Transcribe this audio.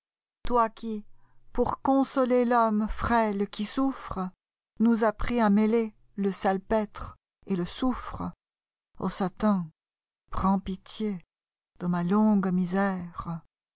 toi qui pour consoler l'homme frêle qui souffre nous appris à mêler le salpêtre et le soufre aux satan prends pitié de ma longue misèrei